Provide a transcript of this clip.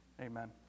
amen